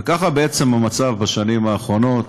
וככה בעצם המצב בשנים האחרונות,